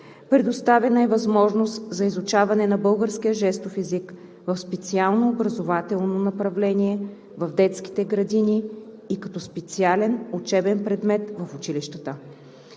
Предоставена е възможност за изучаване на българския жестов език в специално образователно направление в детските градини и като специален учебен предмет в училищата.